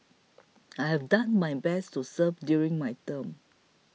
I have done my best to serve during my term